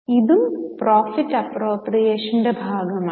ഇതും പ്രോഫിറ്റ് അപ്പ്രോപ്രിയേഷന്റെ ഭാഗമാണ്